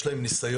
יש להם ניסיון.